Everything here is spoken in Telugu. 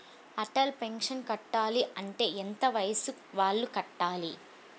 అటల్ పెన్షన్ కట్టాలి అంటే ఎంత వయసు వాళ్ళు కట్టాలి?